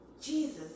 Jesus